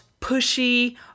pushy